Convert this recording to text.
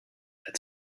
had